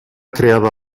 creava